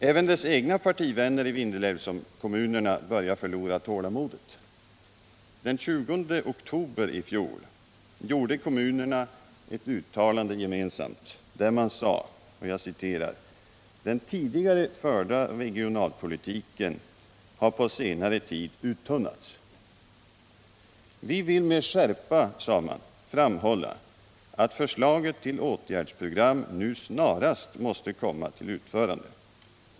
Även regeringens egna partivänner i Vindelälvskommunerna börjar förlora tålamodet. Den 20 oktober i fjol gjorde kommunerna ett gemensamt uttalande, där man sade att den tidigare förda regionalpolitiken har på senare tid uttunnats. Vi vill med skärpa framhålla, sade man, att förslaget till åtgärdsprogram nu snarast måste komma till utförande.